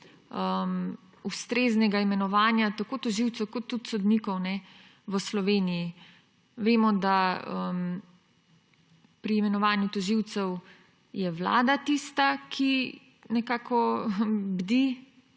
ustreznega imenovanja tako tožilcev kot tudi sodnikov v Sloveniji. Vemo, da je pri imenovanju tožilcev Vlada tista, ki bdi